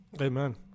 Amen